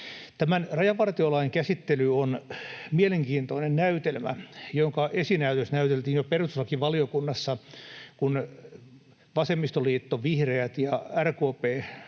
rajavartiolain käsittely on mielenkiintoinen näytelmä, jonka esinäytös näyteltiin jo perustuslakivaliokunnassa, kun vasemmistoliitto, vihreät ja RKP